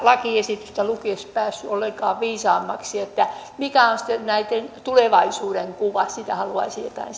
lakiesitystä lukiessani päässyt ollenkaan viisaammaksi että mikä on sitten näitten tulevaisuudenkuva siitä haluaisin jotain